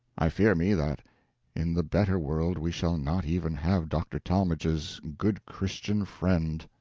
i fear me that in the better world we shall not even have dr. talmage's good christian friend.